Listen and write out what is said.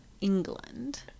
England